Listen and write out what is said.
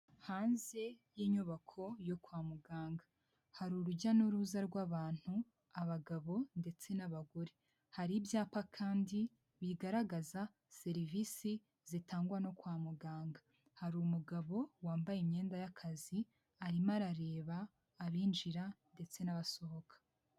Hanze y'inyubako yo kwa muganga hari urujya n'uruza rw'abantu, abagabo ndetse n'abagore hari ibyapa kandi bigaragaza serivisi zitangwa no kwa muganga hari umugabo wambaye imyenda y'akazi arimo arareba abinjira ndetse n'abasohoka.